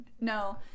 No